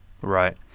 Right